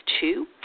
two